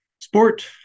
sport